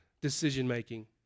decision-making